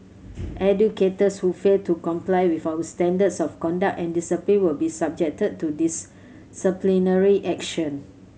educators who fail to comply with our standards of conduct and discipline will be subjected to disciplinary action